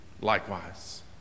likewise